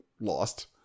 lost